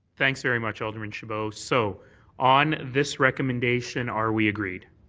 thanks very much, alderman chabot. so on this recommendation, are we agreed?